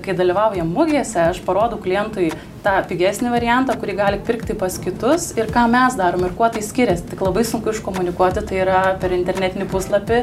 kai dalyvaujam mugėse aš parodau klientui tą pigesnį variantą kurį gali pirkti pas kitus ir ką mes darom ir kuo tai skiriasi tik labai sunku iškomunikuoti tai yra per internetinį puslapį